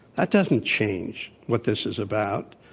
that doesn't change what this is about.